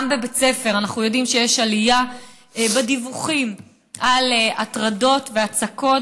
גם בבית ספר אנחנו יודעים שיש עלייה בדיווחים על הטרדות והצקות,